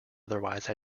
otherwise